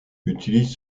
utilisent